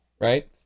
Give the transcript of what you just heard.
Right